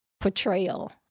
portrayal